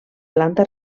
planta